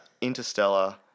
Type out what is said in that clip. Interstellar